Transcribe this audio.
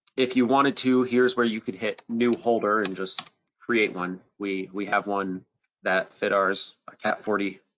if you wanted to, here's where you could hit new holder and just create one. we we have one that fit ours, a cat forty.